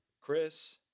Chris